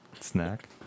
Snack